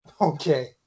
Okay